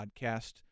podcast